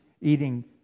eating